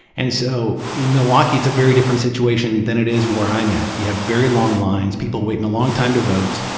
and so in milwaukee, it's a very different situation than it is where i'm at. you have very long lines, people waiting a long time to vote.